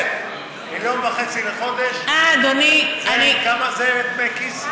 כן, 1.5 מיליון לחודש, כמה זה דמי כיס?